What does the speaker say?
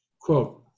quote